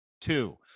Two